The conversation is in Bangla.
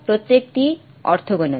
প্রত্যেকটি অর্থোগোনাল